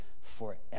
forever